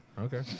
Okay